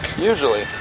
Usually